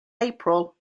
april